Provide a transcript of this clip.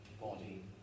body